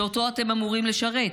שאותו אתם אמורים לשרת,